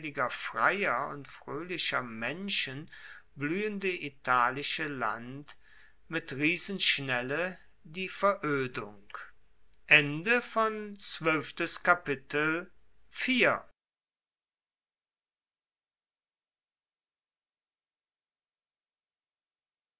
freier und froehlicher menschen bluehende italische land mit riesenschnelle die veroedung